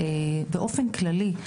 באופן כללי,